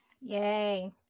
Yay